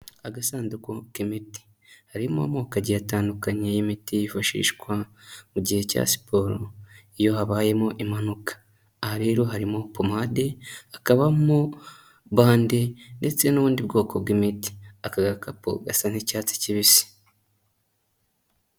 Agasanduku k'imiti, harimo amoko agiye atandukanye y'imiti yifashishwa mu gihe cya siporo, iyo habayemo impanuka, aha rero harimo pomade, hakabamo bande ndetse n'ubundi bwoko bw'imiti, aka gakapu gasa n'icyatsi kibisi.